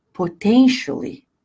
potentially